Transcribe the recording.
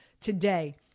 today